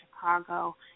Chicago